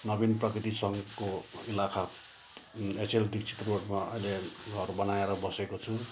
नवीन प्रगति सङ्घको इलाका एचएल दीक्षित रोडमा अहिले घर बनाएर बसेको छु